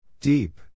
Deep